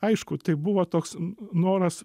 aišku tai buvo toks noras